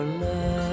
love